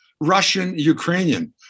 Russian-Ukrainian